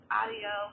audio